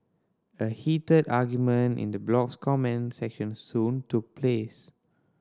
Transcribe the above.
a heated argument in the blog's comment section soon took place